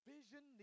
Vision